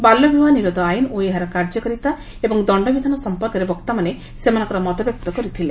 ବାଲ୍ୟବିବାହ ନିରୋଧ ଆଇନ ଓ ଏହାର କାର୍ଯ୍ୟକାରିତା ଏବଂ ଦଣ୍ଡବିଧାନ ସମ୍ପର୍କରେ ବକ୍ତାମାନେ ମତବ୍ୟକ୍ତ କରିଥିଲେ